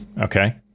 Okay